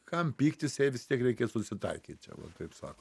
kam pyktis jei vis tiek reikės susitaikyti čia va taip sako